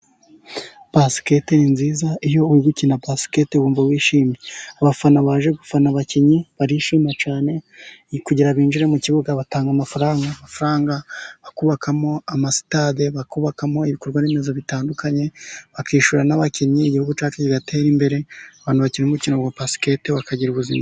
Basikete ni nziza, iyo uri gukina basikete wumva wishimye, abafana baje gufana abakinnyi, barishima cyane kugira binjire mu kibuga batanga amafaranga, amafaranga bakubakamo amasitade, bakubakamo ibikorwa remezo bitandukanye, bakishyura n'abakinnyi, igihugu cyacu kigatera imbere, abantu bakina umukino wa basikete bakagira ubuzima.